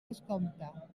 descompte